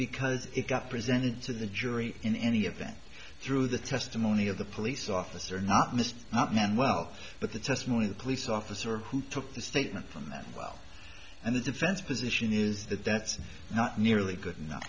because it got presented to the jury in any event through the testimony of the police officer not missed up and well but the testimony of the police officer who took the statement from that well and the defense position is that that's not nearly good enough